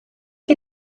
que